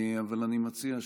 אבל אני מציע,